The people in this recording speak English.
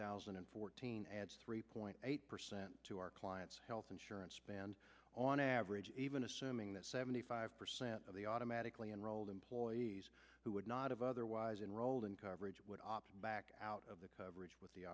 thousand and fourteen adds three point eight percent to our clients health insurance spend on average even assuming that seventy five percent of the automatically enrolled employees who would not have otherwise enrolled in coverage would opt back out of the coverage with the